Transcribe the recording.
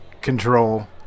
control